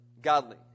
godly